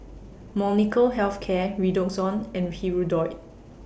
Molnylcke Health Care Redoxon and Hirudoid